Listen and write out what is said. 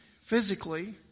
physically